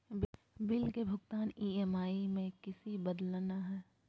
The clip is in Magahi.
बिल के भुगतान ई.एम.आई में किसी बदलना है?